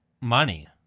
Money